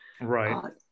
Right